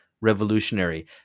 revolutionary